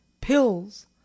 Pills